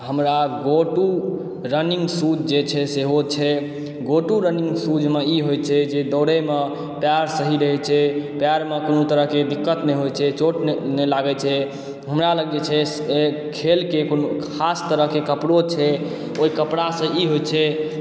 हमरा go to running shoes जे छै सेहो छै गो टू रनिङ्ग शूज मे ई होइ छै जे दौड़ैमे पयर सही रहै छै पयरमे कोनो तरहके दिक्कत नै होइ छै चोट नै लागै छै हमरा लग जे छै से खेल के कोनो खास तरहके कपड़ो छै ओइ कपड़ा से ई होइ छै